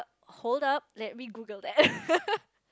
hold up and let me Google that